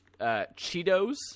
Cheetos